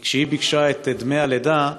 כי כשהיא ביקשה את דמי הלידה,